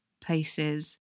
places